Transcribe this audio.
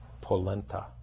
polenta